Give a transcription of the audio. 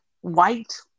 white